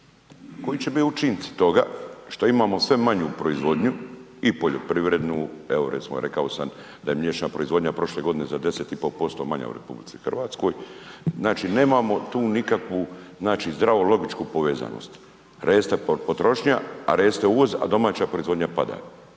Koji će bit učinci toga što imamo sve manju proizvodnju, i poljoprivrednu, evo recimo rekao sam da je mlječna proizvodnja prošle godine za 10,5% manja u RH, znači nemamo tu nikakvu, znači zdravu logičku povezanost, reste potrošnja, a reste uvoz, a domaća proizvodnja pada,